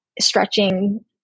stretching